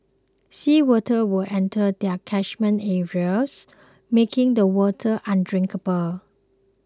sea water would enter their catchment areas making the water undrinkable